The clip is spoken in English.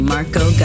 Marco